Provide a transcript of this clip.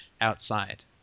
outside